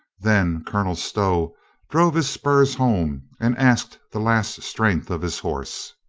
then colonel stow drove his spurs home and asked the last strength of his horse.